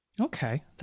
Okay